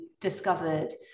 discovered